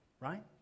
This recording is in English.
right